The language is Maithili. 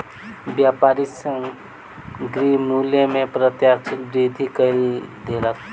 व्यापारी सामग्री मूल्य में अप्रत्याशित वृद्धि कय देलक